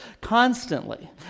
constantly